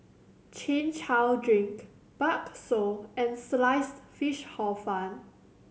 Chin Chow drink bakso and Sliced Fish Hor Fun